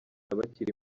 bakiri